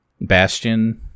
Bastion